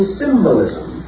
symbolism